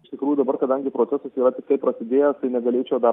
iš tikrųjų dabar kadangi procesas yra tiktai prasidėjęs tai negalėčiau dar